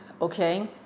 okay